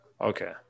Okay